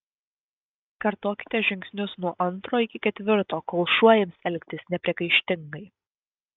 kartokite žingsnius nuo antro iki ketvirto kol šuo ims elgtis nepriekaištingai